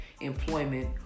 employment